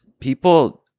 people